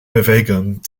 bewegung